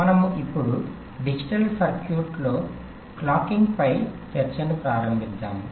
మనము ఇప్పుడు డిజిటల్ సర్క్యూట్లలో క్లోక్కింగ్ పై చర్చను ప్రారంభిస్తాము